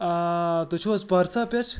تُہۍ چھِو حظ پرسا پٮ۪ٹھ